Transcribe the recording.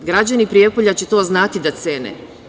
Građani Prijepolja će to znati da cene.